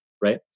right